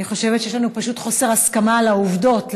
אני חושבת שיש לנו פשוט חוסר הסכמה על העובדות,